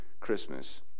Christmas